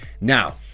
Now